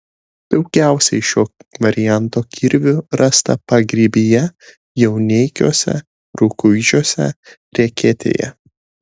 daugiausiai šio varianto kirvių rasta pagrybyje jauneikiuose rukuižiuose reketėje